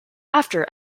after